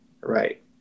right